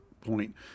point